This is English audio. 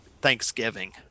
Thanksgiving